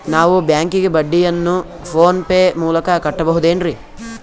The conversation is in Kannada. ನಾವು ಬ್ಯಾಂಕಿಗೆ ಬಡ್ಡಿಯನ್ನು ಫೋನ್ ಪೇ ಮೂಲಕ ಕಟ್ಟಬಹುದೇನ್ರಿ?